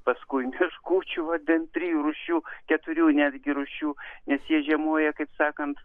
paskui meškučių va bent trijų rūšių keturių netgi rūšių nes jie žiemoja kaip sakant